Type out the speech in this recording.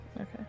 okay